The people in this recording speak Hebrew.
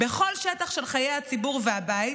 של חיי הציבור והבית,